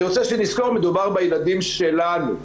אני רוצה שנזכור, מדובר בילדים שלנו.